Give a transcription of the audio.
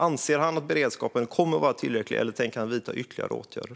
Anser han att beredskapen kommer att vara tillräcklig, eller tänker han vidta ytterligare åtgärder?